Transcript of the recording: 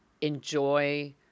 enjoy